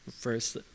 First